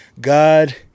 God